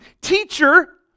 teacher